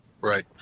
Right